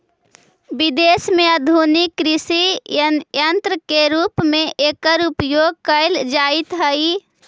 विदेश में आधुनिक कृषि सन्यन्त्र के रूप में एकर उपयोग कैल जाइत हई